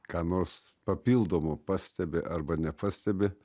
ką nors papildomo pastebi arba nepastebi